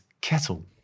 kettle